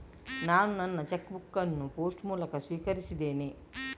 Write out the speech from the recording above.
ನಾನು ನನ್ನ check book ಅನ್ನು ಪೋಸ್ಟ್ ಮೂಲಕ ಸ್ವೀಕರಿಸಿದ್ದೇನೆ